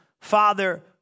Father